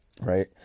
Right